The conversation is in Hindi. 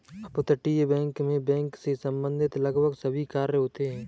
अपतटीय बैंक मैं बैंक से संबंधित लगभग सभी कार्य होते हैं